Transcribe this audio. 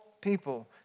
people